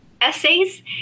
essays